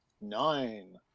Nine